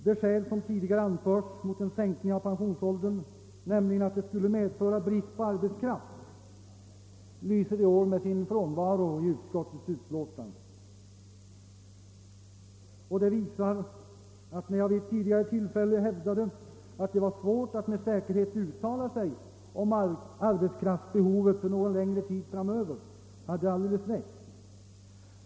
Det skäl som tidigare anförts mot en sänkning av pensionsåldern, att det skulle medföra brist på arbetskraft, lyser i år med sin frånvaro i utskottets utlåtande. Det bevisar att när jag vid ett tidigare tillfälle hävdade, att det var svårt att med säkerhet uttala sig om arbetskraftsbehovet för någon längre tid, hade jag alldeles rätt.